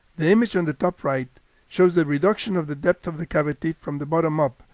the image on the top right shows the reduction of the depth of the cavity from the bottom up,